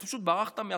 אתה פשוט ברחת מהתופת.